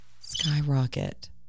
Skyrocket